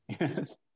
Yes